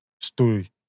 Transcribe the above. story